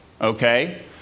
okay